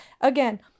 Again